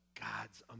God's